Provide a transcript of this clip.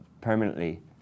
permanently